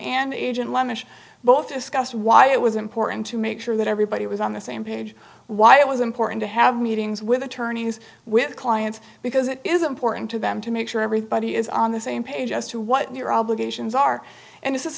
and agent both discussed why it was important to make sure that everybody was on the same page why it was important to have meetings with attorneys with clients because it is important to them to make sure everybody is on the same page as to what your obligations are and